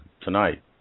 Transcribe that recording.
tonight